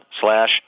slash